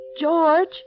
George